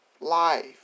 life